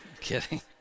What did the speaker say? kidding